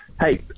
Hey